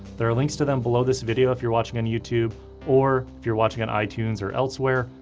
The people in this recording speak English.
there are links to them below this video if you're watching on youtube or if you're watching on itunes or elsewhere,